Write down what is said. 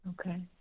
Okay